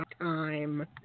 time